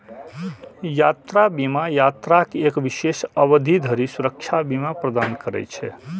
यात्रा बीमा यात्राक एक विशेष अवधि धरि सुरक्षा बीमा प्रदान करै छै